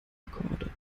akkorde